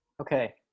Okay